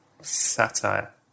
satire